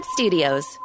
Studios